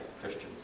christians